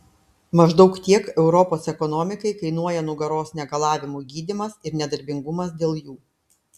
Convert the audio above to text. maždaug tiek europos ekonomikai kainuoja nugaros negalavimų gydymas ir nedarbingumas dėl jų